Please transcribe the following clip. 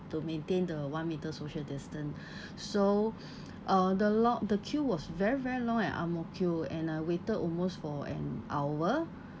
to maintain the one metre social distance so uh the lo~ the queue was very very long at Ang Mo Kio and I waited almost for an hour